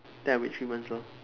then I wait three months lor